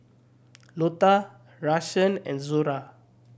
Lotta Rashaan and Zora